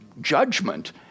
judgment